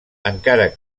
encara